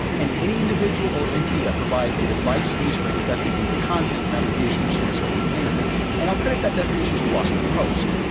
and any individual or entity that provides a device used for accessing any content, application, or service over the internet. and i'll credit that definition to the washington post.